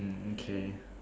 mm okay